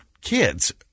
kids